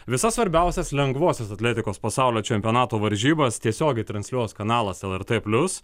visas svarbiausias lengvosios atletikos pasaulio čempionato varžybas tiesiogiai transliuos kanalas lrt plius